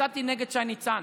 יצאתי נגד שי ניצן,